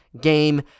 game